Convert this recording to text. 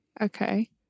okay